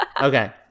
Okay